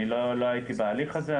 אני לא הייתי בהליך הזה,